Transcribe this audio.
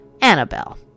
Annabelle